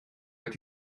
wird